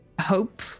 hope